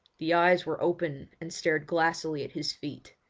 the eyes were open and stared glassily at his feet,